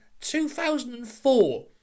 2004